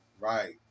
Right